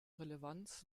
relevanz